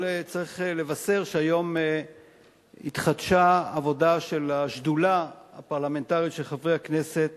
צריך לבשר שהיום התחדשה עבודה של השדולה הפרלמנטרית של חברי הכנסת